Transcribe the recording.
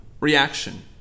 reaction